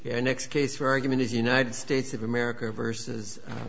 and next case for argument is united states of america versus